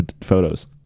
photos